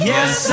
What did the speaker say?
Yes